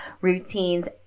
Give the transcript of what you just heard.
routines